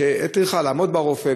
יש טרחה לעמוד אצל הרופא,